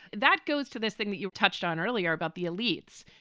that goes to this thing that you've touched on earlier about the elites.